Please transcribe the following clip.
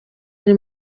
ari